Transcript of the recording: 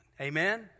Amen